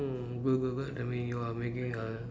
good good good that mean you are making a